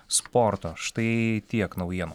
sporto štai tiek naujienų